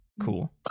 Cool